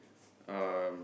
um